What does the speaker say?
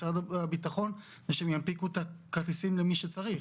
משרד הביטחון שהם ינפיקו את הכרטיסים למי שצריך.